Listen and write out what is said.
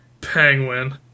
penguin